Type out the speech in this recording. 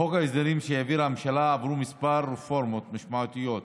בחוק ההסדרים שהעבירה הממשלה עברו כמה רפורמות משמעותיות,